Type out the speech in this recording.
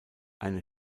eine